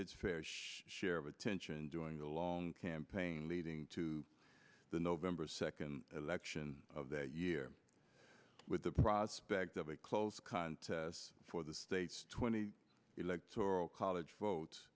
its fair share of attention doing a long campaign leading to the november second election of that year with the prospect of a close contest for the state's twenty electoral college votes